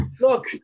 look